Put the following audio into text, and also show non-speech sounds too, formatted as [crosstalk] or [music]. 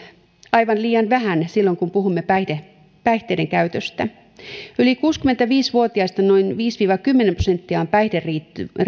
aivan liian vähän silloin kun puhumme päihteiden käytöstä yli kuusikymmentäviisi vuotiaista noin viisi viiva kymmenen prosenttia on päihderiippuvaisia [unintelligible]